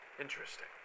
Interesting